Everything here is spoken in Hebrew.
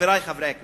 חברי חברי הכנסת,